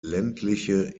ländliche